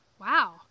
wow